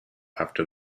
after